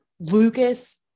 Lucas